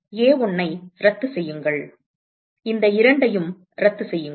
எனவே A1 ஐ ரத்து செய்யுங்கள் இந்த இரண்டையும் ரத்து செய்யுங்கள்